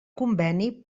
conveni